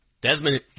Desmond